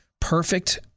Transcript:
perfect